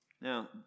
Now